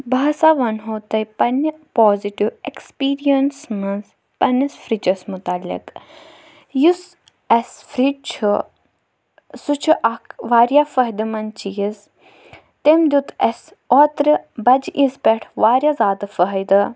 بہٕ ہَسا وَنہو تۄہہِ پنٛنہِ پازِٹِو اٮ۪کٕسپیٖریَنس منٛز پنٛنِس فِرٛجَس متعلق یُس اَسہِ فِرٛج چھُ سُہ چھُ اَکھ واریاہ فٲہِدٕ منٛد چیٖز تٔمۍ دیُت اَسہِ اوترٕ بَجہِ عیٖز پٮ۪ٹھ واریاہ زیادٕ فٲہِدٕ